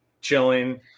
chilling